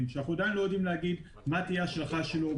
שאנחנו עדיין לא יודעים להגיד מה תהיה ההשלכה שלו,